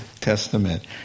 Testament